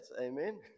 amen